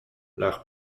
leurs